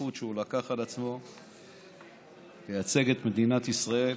בשליחות שהוא לקח על עצמו לייצג את מדינת ישראל,